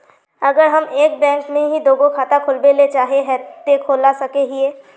अगर हम एक बैंक में ही दुगो खाता खोलबे ले चाहे है ते खोला सके हिये?